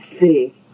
see